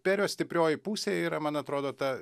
perio stiprioji pusė yra man atrodo ta